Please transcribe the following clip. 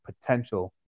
potential